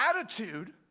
attitude